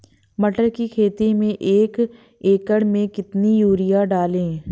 मटर की खेती में एक एकड़ में कितनी यूरिया डालें?